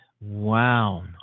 Wow